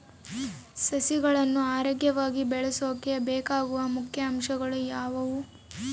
ಸಸಿಗಳನ್ನು ಆರೋಗ್ಯವಾಗಿ ಬೆಳಸೊಕೆ ಬೇಕಾಗುವ ಮುಖ್ಯ ಅಂಶಗಳು ಯಾವವು?